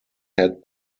had